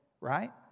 Right